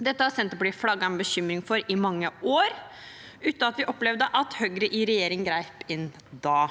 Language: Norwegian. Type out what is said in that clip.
Dette har Senterpartiet flagget en bekymring for i mange år uten at vi opplevde at Høyre i regjering grep inn da.